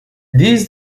this